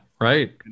right